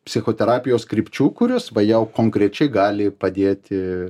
psichoterapijos krypčių kurios va jau konkrečiai gali padėti